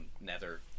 nether